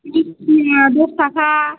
मिस्टिया दस थाखा